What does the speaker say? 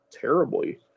terribly